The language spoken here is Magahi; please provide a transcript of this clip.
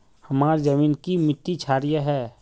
हमार जमीन की मिट्टी क्षारीय है?